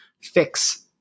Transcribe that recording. fix